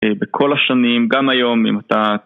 בכל השנים, גם היום, אם אתה...